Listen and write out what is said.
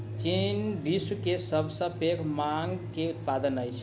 चीन विश्व के सब सॅ पैघ भांग के उत्पादक अछि